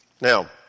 Now